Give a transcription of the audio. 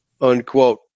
unquote